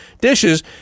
dishes